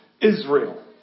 Israel